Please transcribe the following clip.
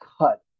cut